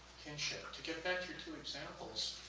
kinship. to get back to your two examples,